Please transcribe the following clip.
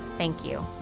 thank you.